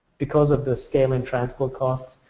because if the scale and transport cost,